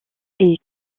est